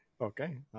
Okay